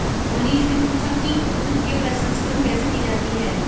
मनीष ने पूछा कि दूध के प्रसंस्करण कैसे की जाती है?